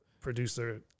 producer